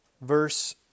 verse